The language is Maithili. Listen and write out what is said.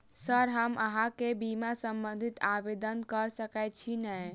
सर हम अहाँ केँ बीमा संबधी आवेदन कैर सकै छी नै?